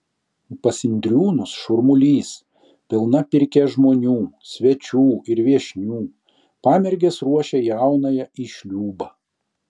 pas indriūnus šurmulys pilna pirkia žmonių svečių ir viešnių pamergės ruošia jaunąją į šliūbą